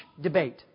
debate